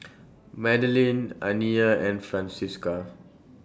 Madelene Aniyah and Francisca